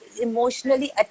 emotionally